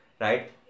right